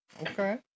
okay